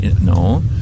No